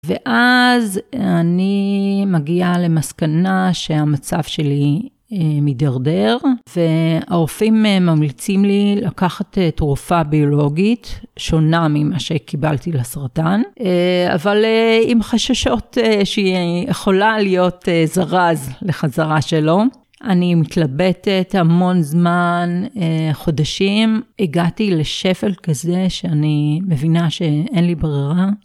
ואז אני מגיעה למסקנה שהמצב שלי מידרדר, והרופאים ממליצים לי לקחת תרופה ביולוגית שונה ממה שקיבלתי לסרטן, אבל עם חששות שהיא יכולה להיות זרז לחזרה שלו. אני מתלבטת המון זמן, חודשים, הגעתי לשפל כזה שאני מבינה שאין לי ברירה.